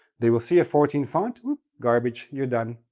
they will see a fourteen font garbage you're done,